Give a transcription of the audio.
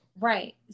Right